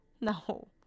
no